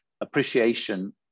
appreciation